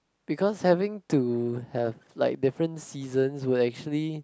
because having to have like different season will actually